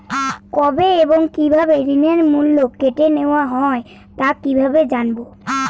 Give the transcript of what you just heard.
কবে এবং কিভাবে ঋণের মূল্য কেটে নেওয়া হয় তা কিভাবে জানবো?